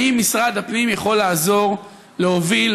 האם משרד הפנים יכול לעזור להוביל,